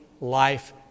life